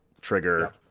trigger